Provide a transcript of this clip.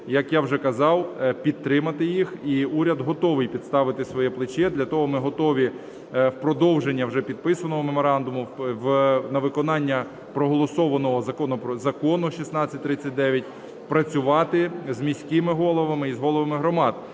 як я вже казав, підтримати їх, і уряд готовий підставити своє плече, для того ми готові в продовження вже підписаного меморандуму на виконання проголосованого Закону 1639 працювати з міськими головами і з головами громад.